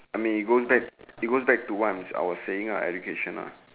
I mean it goes it goes back to what I was saying lah education lah